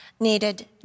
needed